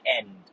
end